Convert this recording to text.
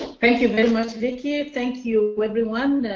thank you very much, vickie. ah thank you, everyone.